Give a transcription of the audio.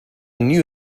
knew